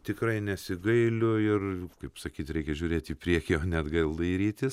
tikrai nesigailiu ir kaip sakyt reikia žiūrėt į priekį o ne atgal dairytis